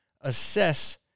assess